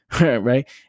right